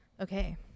Okay